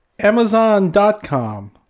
amazon.com